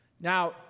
Now